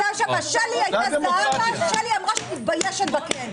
שלי אמרה שהיא מתביישת בכם.